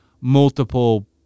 multiple